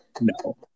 no